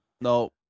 No